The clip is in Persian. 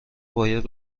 باید